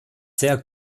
sehr